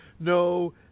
no